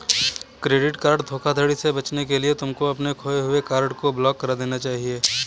credit card धोखाधड़ी से बचने के लिए तुमको अपने खोए हुए कार्ड को ब्लॉक करा देना चाहिए